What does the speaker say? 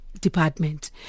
department